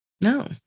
No